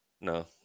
No